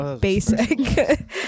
basic